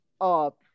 up